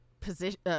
position